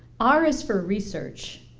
r is for research.